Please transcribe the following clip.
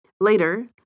Later